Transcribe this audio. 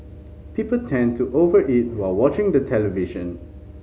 people tend to over eat while watching the television